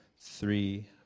three